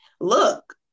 look